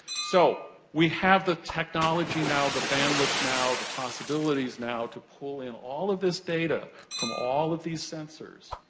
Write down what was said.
so, we have the technology now, the bandwidth now, the possibilities now, to pull in all of this data from all of these sensors,